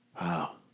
Wow